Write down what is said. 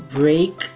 break